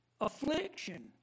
affliction